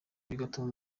bigatuma